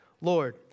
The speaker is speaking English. Lord